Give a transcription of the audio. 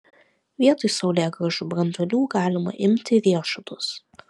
vietoj saulėgrąžų branduolių galima imti riešutus